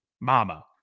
mama